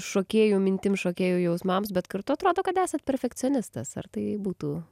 šokėjų mintim šokėjų jausmams bet kartu atrodo kad esat perfekcionistas ar tai būtų